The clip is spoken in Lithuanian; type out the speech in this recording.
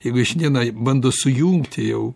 jeigu šiandieną bando sujungti jau